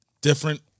different